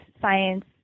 science